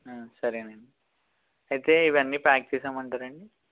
ఉ సరేనండి అయితే ఇవన్నీ ప్యాక్ చేసెయ్యమంటారా అండి